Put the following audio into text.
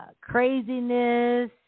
craziness